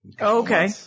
okay